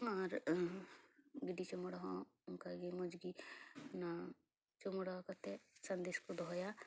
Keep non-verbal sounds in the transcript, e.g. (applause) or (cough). ᱟᱨ ᱜᱤᱰᱤ ᱪᱩᱵᱳᱲᱟ (unintelligible) ᱦᱚᱸ ᱚᱱᱠᱟᱜᱮ ᱢᱚᱡᱽ ᱜᱮ ᱚᱱᱟ ᱪᱩᱢᱳᱲᱟ ᱠᱟᱛᱮ ᱥᱟᱸᱫᱮᱥ ᱠᱚ ᱫᱚᱦᱚᱭᱟ